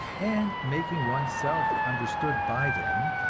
and making one's self understood by them,